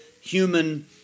human